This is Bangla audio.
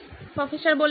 প্রফেসর ঠিক